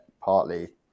partly